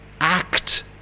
act